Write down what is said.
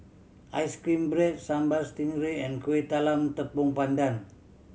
ice cream bread Sambal Stingray and Kueh Talam Tepong Pandan